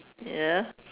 ya